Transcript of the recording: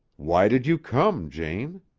why did you come, jane?